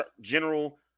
General